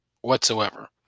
whatsoever